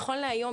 נכון להיום,